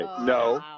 no